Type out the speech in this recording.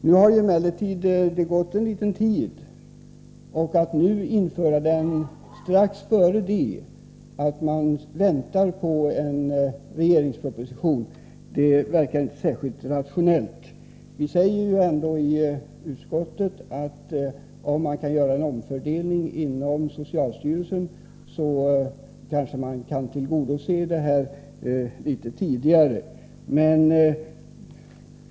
Nu har det emellertid gått en liten tid, och att nu införa den, strax innan en regeringsproposition är att vänta, verkar inte särskilt rationellt. Vi säger ändå i utskottet, att om man kan göra en omfördelning inom socialstyrelsen kanske man kan tillgodose det här önskemålet litet tidigare.